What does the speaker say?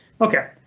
Okay